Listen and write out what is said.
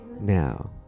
now